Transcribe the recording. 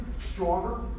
stronger